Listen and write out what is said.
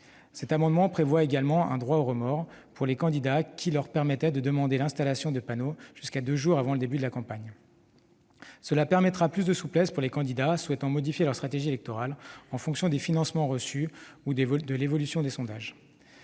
Cet amendement prévoit également un « droit au remords » pour les candidats qui peuvent demander l'installation de panneaux jusqu'à deux jours avant le début de la campagne. Cela permettra plus de souplesse pour les candidats souhaitant modifier leur stratégie électorale en fonction des financements reçus ou de l'évolution des sondages.